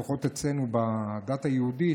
לפחות אצלנו בדת היהודית,